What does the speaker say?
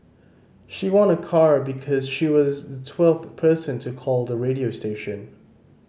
she won a car because she was the twelfth person to call the radio station